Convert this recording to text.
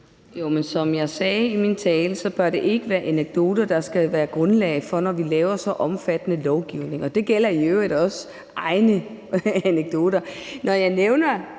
Jo, men som jeg sagde i min tale, bør det ikke være anekdoter, der skal være grundlag for det, når vi laver så omfattende lovgivning. Og det gælder i øvrigt også egne anekdoter. Når jeg nævner